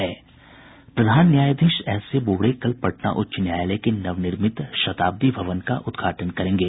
प्रधान न्यायाधीश S A Bobde कल पटना उच्च न्यायालय के नवनिर्मित शताब्दी भवन का उद्घाटन करेंगे